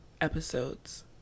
episodes